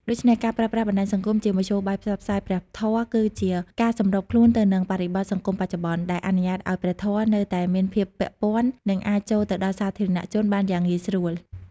ដូច្នេះ ការប្រើប្រាស់បណ្តាញសង្គមជាមធ្យោបាយផ្សព្វផ្សាយព្រះធម៌ គឺជាការសម្របខ្លួនទៅនឹងបរិបទសង្គមបច្ចុប្បន្ន ដែលអនុញ្ញាតឱ្យព្រះធម៌នៅតែមានភាពពាក់ព័ន្ធ និងអាចចូលទៅដល់សាធារណជនបានយ៉ាងងាយស្រួល។